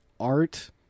Art